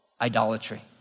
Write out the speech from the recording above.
Idolatry